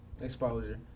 Exposure